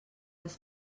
les